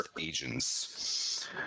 agents